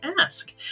ask